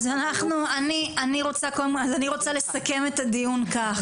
אני רוצה לסכם את הדיון כך.